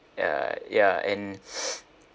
uh ya and